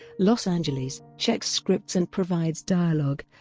los angeles, checks scripts and provides dialogue,